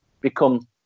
become